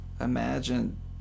Imagine